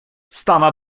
stanna